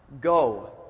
Go